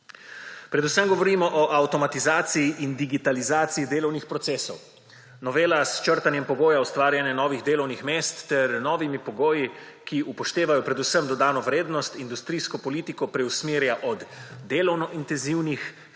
Predvsem govorimo o avtomatizaciji in digitalizaciji delovnih procesov. Novela s črtanjem pogojev, ustvarjanjem novih delovnih mest ter novimi pogoji, ki upoštevajo predvsem dodano vrednost, industrijsko politiko preusmerja od delovno intenzivnih